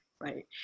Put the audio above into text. right